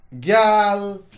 gal